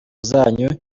zanyu